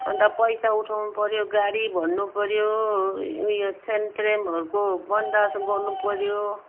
अनि त पैसा उठाउनुपर्यो गाडी भन्नुपर्यो ऊ यो सेन्तेरेमहरूको बन्दबस्त गर्नुपर्यो